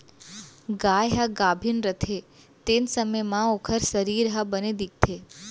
गाय ह गाभिन रथे तेन समे म ओकर सरीर ह बने दिखथे